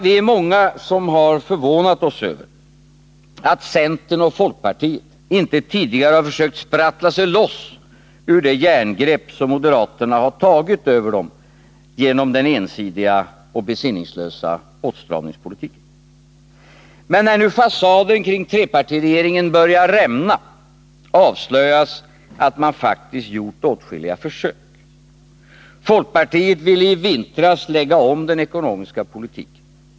Vi är många som förvånat oss över att centern och folkpartiet inte tidigare försökt sprattla sig loss ur det järngrepp som moderaterna har tagit över dem genom den ensidiga och besinningslösa åtstramningspolitiken. Men när nu fasaden kring trepartiregeringen börjar rämna avslöjas att man faktiskt gjort åtskilliga försök. Folkpartiet ville i vintras lägga om den ekonomiska politiken.